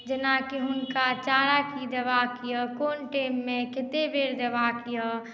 जेना की हुनका चारा की देबाक यऽ कोन टाइम मे कते बेर देबाक यऽ